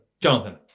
Jonathan